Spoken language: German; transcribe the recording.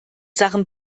sachen